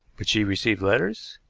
but she received letters?